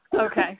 Okay